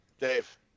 Dave